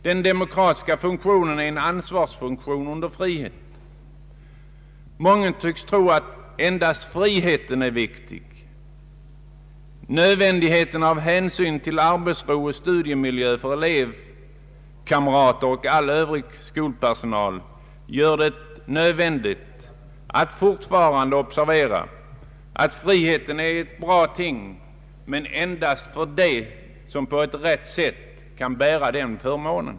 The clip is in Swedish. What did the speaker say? Den demokratiska funktionen är en ansvarsfunktion under frihet. Mången tycks tro att endast friheten är viktig. Nödvändigheten av hänsyn till arbetsro och studiemiljö för elevkamrater och all övrig skolpersonal gör det tvunget att fortfarande observera att frihet är ett bra ting men endast för dem som på ett rätt sätt kan bära denna förmån.